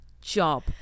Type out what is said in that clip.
job